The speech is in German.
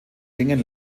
gingen